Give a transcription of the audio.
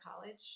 college